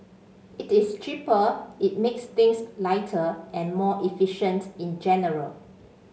it is cheaper it makes things lighter and more efficient in general